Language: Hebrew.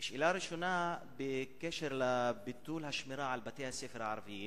השאלה הראשונה היא בעניין ביטול השמירה על בתי-הספר הערביים